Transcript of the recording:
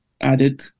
added